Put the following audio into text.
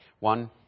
One